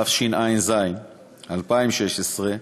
התשע"ז 2016,